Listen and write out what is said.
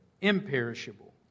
imperishable